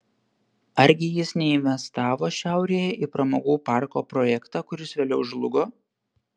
argi jis neinvestavo šiaurėje į pramogų parko projektą kuris vėliau žlugo